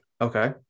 Okay